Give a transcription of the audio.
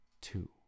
two